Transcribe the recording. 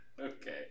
Okay